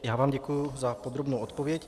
Já vám děkuji za podrobnou odpověď.